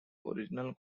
original